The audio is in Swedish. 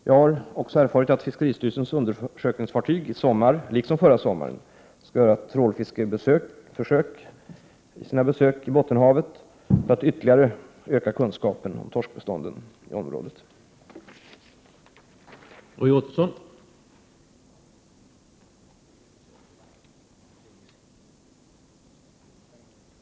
Jag har erfarit att fiskeristyrelsens undersökningsfartyg i sommar — liksom förra sommaren — skall göra trålfiskeförsök i Bottenhavet för att ytterligare öka kunskapen om torskbeståndet i området.